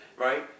right